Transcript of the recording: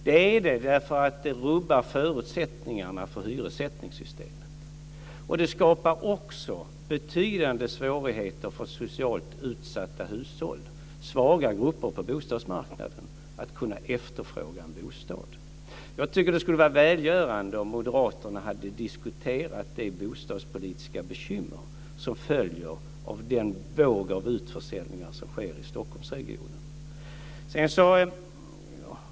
Det är det därför att det rubbar förutsättningarna för hyressättningssystemet, och det skapar betydande svårigheter för socialt utsatta hushåll och svaga grupper på bostadsmarknaden att kunna efterfråga en bostad. Jag tycker att det skulle vara välgörande om Moderaterna hade diskuterat det bostadspolitiska bekymmer som följer av den våg av utförsäljningar som sker i Stockholmsregionen.